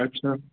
अच्छा